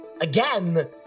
again